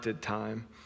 time